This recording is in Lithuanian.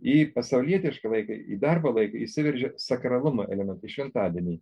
į pasaulietišką laiką į darbo laiką įsiveržia sakralumo elementai šventadieniai